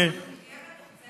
היא תהיה מתוקצבת